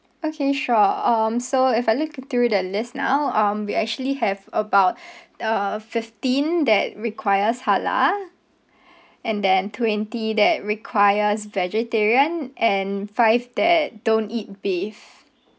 okay sure um so if I look through the list now um we actually have about uh fifteen that requires halal and then twenty that requires vegetarian and five that don't eat beef